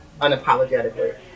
unapologetically